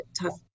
tough